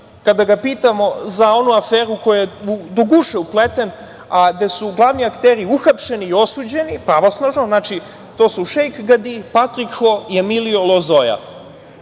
kada ga pitamo za onu aferu u kojoj je do guše upleten, a gde su glavni akteri uhapšeni i osuđeni, pravosnažno. To su Šeik Gadi, Patrik Ho i Emlio